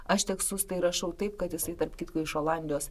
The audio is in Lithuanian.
aš tekstus tai rašau taip kad jisai tarp kitko iš olandijos